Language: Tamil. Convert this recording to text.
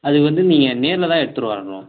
அதுக்கு வந்து நீங்கள் நேரில் தான் எடுத்துகிட்டு வரணும்